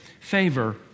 favor